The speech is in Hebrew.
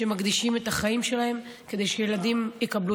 שמקדישות את החיים שלהן כדי שילדים יקבלו